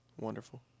Wonderful